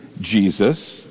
Jesus